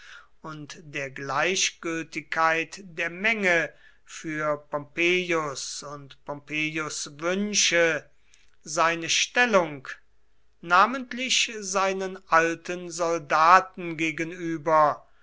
und der gleichgültigkeit der menge für pompeius und pompeius wünsche seine stellung namentlich seinen alten soldaten gegenüber